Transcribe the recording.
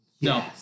No